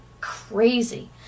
crazy